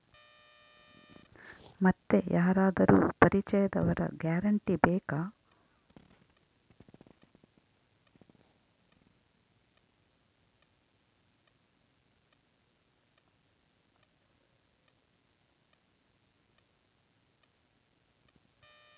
ಮತ್ತೆ ಯಾರಾದರೂ ಪರಿಚಯದವರ ಗ್ಯಾರಂಟಿ ಬೇಕಾ?